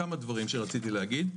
כמה דברים שרציתי להגיד,